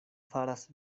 faras